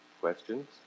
questions